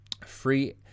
free